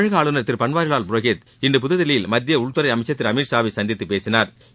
தமிழக ஆளுநர் திரு பன்வாரிவால் புரோஹித் இன்று புதுதில்லியில் மத்திய உள்துறை அமைச்சா் திரு அமித்ஷா வை சந்தித்து பேசினாா்